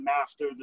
master